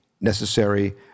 necessary